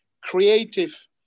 creative